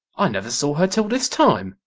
i never saw her till this time.